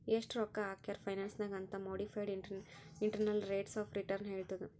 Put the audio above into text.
ಎಸ್ಟ್ ರೊಕ್ಕಾ ಹಾಕ್ಯಾರ್ ಫೈನಾನ್ಸ್ ನಾಗ್ ಅಂತ್ modified internal rates of return ಹೇಳತ್ತುದ್